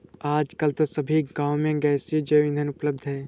आजकल तो सभी गांव में गैसीय जैव ईंधन उपलब्ध है